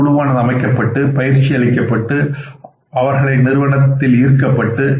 இந்த குழுவானது அமைக்கப்பட்டு பயிற்சி அளிக்கப்பட்டு அவர்களை நிறுவனத்தில் ஈர்க்கப்பட்டு